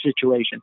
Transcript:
situation